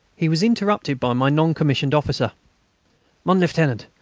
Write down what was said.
he was interrupted by my non-commissioned officer mon lieutenant,